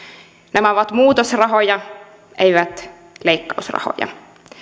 nämä ovat muutosrahoja eivät leikkausrahoja